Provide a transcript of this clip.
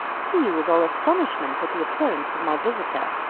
he was all astonishment at the appearance of my visitor,